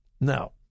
now